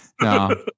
No